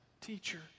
teacher